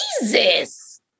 Jesus